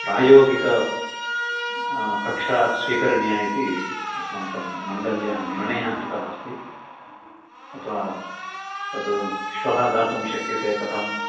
प्रायोगिक कक्षा स्वीकरणीया इति अस्माकं मण्डल्यः निर्णयः कृतः अस्ति अथवा तत् श्वः दातुं शक्यते कथं